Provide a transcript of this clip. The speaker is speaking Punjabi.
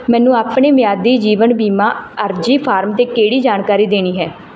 ਮੈਨੂੰ ਆਪਣੇ ਮਿਆਦੀ ਜੀਵਨ ਬੀਮਾ ਅਰਜ਼ੀ ਫਾਰਮ 'ਤੇ ਕਿਹੜੀ ਜਾਣਕਾਰੀ ਦੇਣੀ ਹੈ